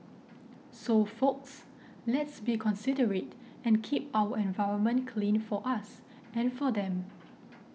so folks let's be considerate and keep our environment clean for us and for them